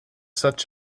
such